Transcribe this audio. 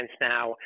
now